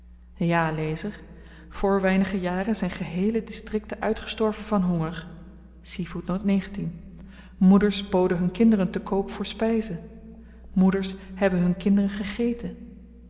ja lezer voor weinige jaren zyn geheele distrikten uitgestorven van honger moeders boden hun kinderen te koop voor spyze moeders hebben hun kinderen gegeten